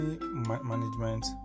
management